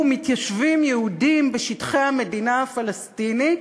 מתיישבים יהודים בשטחי המדינה הפלסטינית,